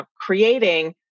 creating